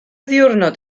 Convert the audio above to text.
ddiwrnod